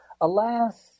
Alas